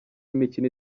imikino